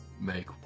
make